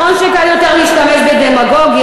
נכון שקל יותר להשתמש בדמגוגיה,